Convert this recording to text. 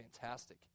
fantastic